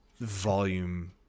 volume